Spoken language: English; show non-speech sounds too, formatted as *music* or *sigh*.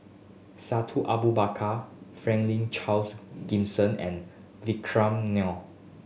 *unintelligible* Abu Bakar Franklin Charles Gimson and Vikram Nair